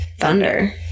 Thunder